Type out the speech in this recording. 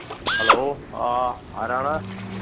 hello ആ ആരാണ്